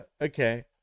okay